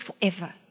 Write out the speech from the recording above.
forever